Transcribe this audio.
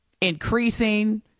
increasing